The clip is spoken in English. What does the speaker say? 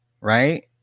Right